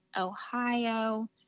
Ohio